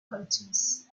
cultures